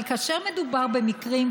אבל כאשר מדובר במקרים,